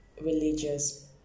religious